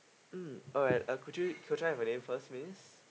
mm alright uh could you could I have your name first please